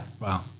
Wow